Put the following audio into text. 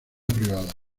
privada